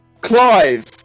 Clive